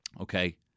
Okay